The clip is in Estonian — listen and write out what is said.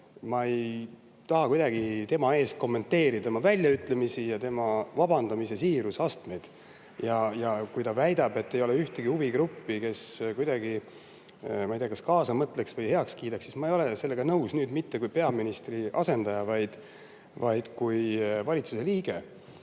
Ma ei taha kuidagi kommenteerida tema väljaütlemisi ja tema vabandamise siiruse astmeid. Kui ta väidab, et ei ole ühtegi huvigruppi, kes kuidagi, ma ei tea, kaasa mõtleks või heaks kiidaks, siis ma ei ole sellega nõus, mitte kui peaministri asendaja, vaid kui valitsuse liige.